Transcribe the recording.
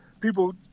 People